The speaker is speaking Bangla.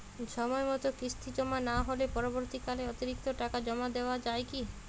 সময় মতো কিস্তি জমা না হলে পরবর্তীকালে অতিরিক্ত টাকা জমা দেওয়া য়ায় কি?